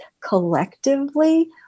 collectively